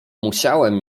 musiałem